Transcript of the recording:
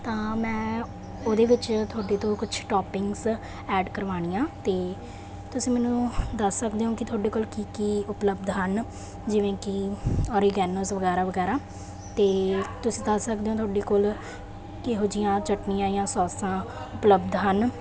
ਤਾਂ ਮੈਂ ਉਹਦੇ ਵਿੱਚ ਤੁਹਾਡੇ ਤੋਂ ਕੁਛ ਟੋਪਿੰਗਸ ਐਡ ਕਰਵਾਉਣੀਆਂ ਅਤੇ ਤੁਸੀਂ ਮੈਨੂੰ ਦੱਸ ਸਕਦੇ ਹੋ ਕਿ ਤੁਹਾਡੇ ਕੋਲ ਕੀ ਕੀ ਉਪਲਬਧ ਹਨ ਜਿਵੇਂ ਕਿ ਓਰੀਗੈਨੋਜ਼ ਵਗੈਰਾ ਵਗੈਰਾ ਅਤੇ ਤੁਸੀਂ ਦੱਸ ਸਕਦੇ ਹੋ ਤੁਹਾਡੇ ਕੋਲ ਕਿਹੋ ਜਿਹੀਆਂ ਚਟਣੀਆਂ ਜਾਂ ਸੋਸਾਂ ਉਪਲਬਧ ਹਨ